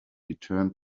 return